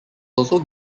also